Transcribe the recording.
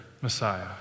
Messiah